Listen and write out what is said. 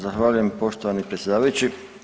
Zahvaljujem poštovani predsjedavajući.